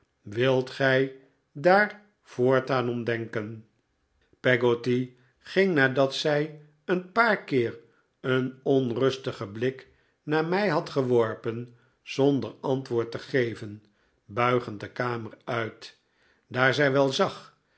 wilt gij daar voortaan om denken peggotty ging nadat zij een paar keer een onrustigen blik naar mij had geworpen fonder antwoord te geven buigend de kaj mer uit daar zij wel zag